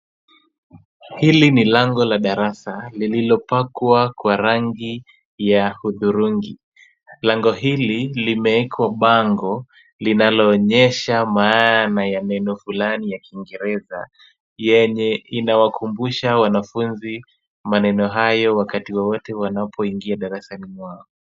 Hili ni lango la darasa lililopakwa kwa rangi ya hudhurungi. Lango hili limewekwa bango linaloonyesha maana ya neno fulani ya kingereza yenye inawakumbusha wanafunzi maneno hayo wakati wowote wanapoingia darasani mwao.